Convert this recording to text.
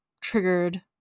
triggered